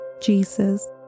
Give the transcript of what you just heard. Jesus